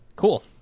Cool